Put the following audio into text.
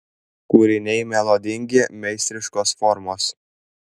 kūriniai melodingi meistriškos formos